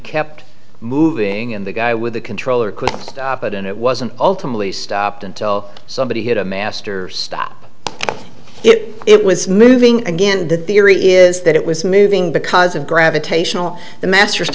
kept moving and the guy with the controller quit it and it wasn't ultimately stopped until somebody had a master stop it it was moving again the theory is that it was moving because of gravitational the ma